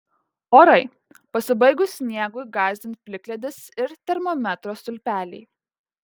orai pasibaigus sniegui gąsdins plikledis ir termometro stulpeliai